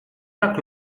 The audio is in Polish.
jak